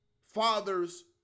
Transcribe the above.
father's